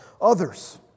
others